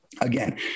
again